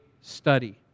study